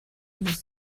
muss